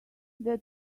that